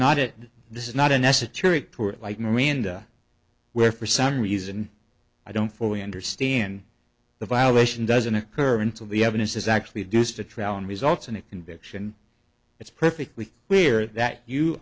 not it this is not an esoteric court like miranda where for some reason i don't fully understand the violation doesn't occur until the evidence is actually deuced a trial results in a conviction it's perfectly clear that you